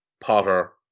Potter